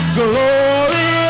glory